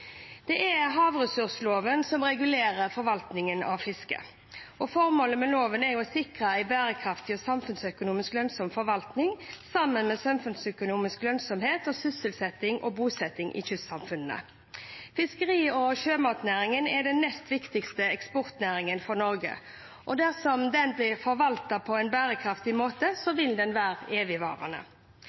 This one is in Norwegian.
Det er havressursloven som regulerer forvaltningen av fisket, og formålet med loven er å sikre en bærekraftig og samfunnsøkonomisk lønnsom forvaltning, sammen med samfunnsøkonomisk lønnsomhet og sysselsetting og bosetting i kystsamfunnene. Fiskeri- og sjømatnæringen er den nest viktigste eksportnæringen for Norge, og dersom den blir forvaltet på en bærekraftig måte, vil den være evigvarende.